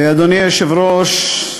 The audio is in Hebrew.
אדוני היושב-ראש,